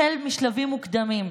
החל משלבים מוקדמים,